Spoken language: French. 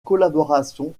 collaboration